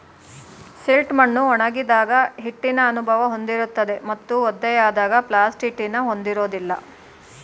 silt ಮಣ್ಣು ಒಣಗಿದಾಗ ಹಿಟ್ಟಿನ ಅನುಭವ ಹೊಂದಿರುತ್ತದೆ ಮತ್ತು ಒದ್ದೆಯಾದಾಗ ಪ್ಲಾಸ್ಟಿಟಿನ ಹೊಂದಿರೋದಿಲ್ಲ